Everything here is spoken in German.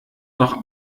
noch